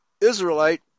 Israelite